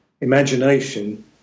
imagination